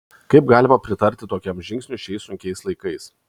kaip galima pritarti tokiam žingsniui šiais sunkiais laikais